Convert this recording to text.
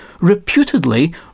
reputedly